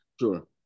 sure